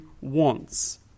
wants